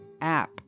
app